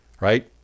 Right